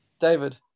David